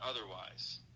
otherwise